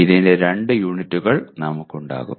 ഇതിന്റെ രണ്ട് യൂണിറ്റുകൾ നമുക്ക് ഉണ്ടാകും